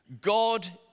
God